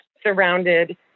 surrounded